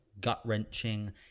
gut-wrenching